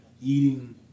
eating